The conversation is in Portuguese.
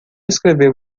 escreveu